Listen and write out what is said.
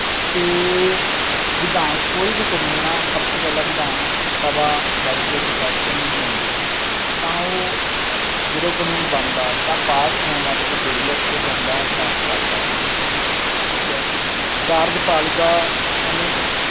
ਅਤੇ ਵਿਧਾਨ ਸ ਕੋਈ ਵੀ ਕਾਨੂੰਨ ਆ ਸਭ ਤੋਂ ਪਹਿਲਾਂ ਵਿਧਾਨ ਸਭਾ ਲੈਜੀਸਲੇਟਿਵ ਕੌਂਸਲ ਨੂੰ ਬਣਾਉਂਦੀ ਹੈ ਤਾਂ ਉਹ ਜਦੋਂ ਕਾਨੂੰਨ ਬਣਦਾ ਤਾਂ ਪਾਸ ਹੋਣ ਵਾਸਤੇ ਬਿੱਲ ਉਹ ਜਾਂਦਾ ਕਾਰਜਪਾਲਿਕਾ ਦੇ ਕੋਲੇ ਠੀਕ ਹੈ ਕਾਰਜਪਾਲਿਕਾ ਉਹਨੂੰ